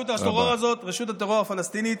קוראים לרשות הטרור הזאת רשות הטרור הפלסטינית.